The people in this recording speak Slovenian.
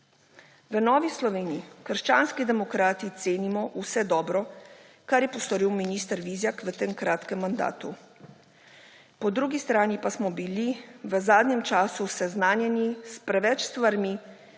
V Novi Sloveniji – krščanski demokrati cenimo vse dobro, kar je postoril minister Vizjak v tem kratkem mandatu. Po drugi strani pa smo bili v zadnjem času seznanjeni s preveč stvarmi,